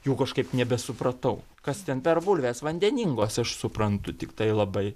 jau kažkaip nebesupratau kas ten per bulvės vandeningos aš suprantu tiktai labai